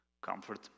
Comfort